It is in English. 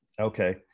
Okay